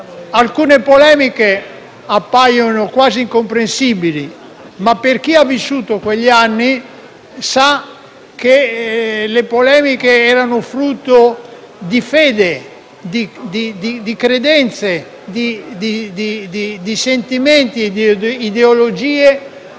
questo momento quasi incomprensibili, ma chi ha vissuto quegli anni sa che quelle polemiche erano frutto di fede, di credenze, di sentimenti e di ideologie